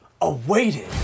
awaited